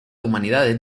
humanidades